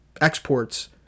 exports